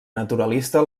naturalista